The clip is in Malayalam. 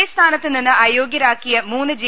എ സ്ഥാനത്തുനിന്ന് അയോഗ്യരാക്കിയ മൂന്ന് ജെ